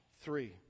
Three